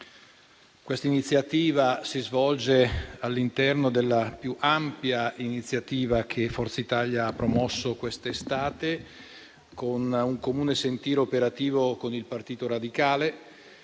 questa iniziativa si svolge all'interno della più ampia iniziativa che Forza Italia ha promosso quest'estate con un comune sentire operativo con il Partito radicale